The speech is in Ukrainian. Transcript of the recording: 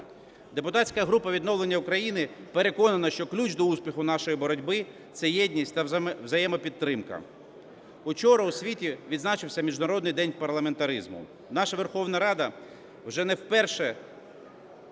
Депутатська група "Відновлення України" переконана, що ключ до успіху нашої боротьби – це єдність та взаємопідтримка. Учора у світі відзначався Міжнародний день парламентаризму. Наша Верховна Рада вже не вперше